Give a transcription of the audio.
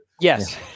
Yes